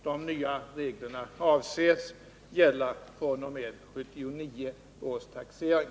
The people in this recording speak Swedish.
De nya reglerna avses gälla fr.o.m. 1979 års taxering.